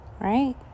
right